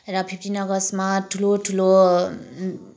र फिफ्टिन अगस्तमा ठुलो ठुलो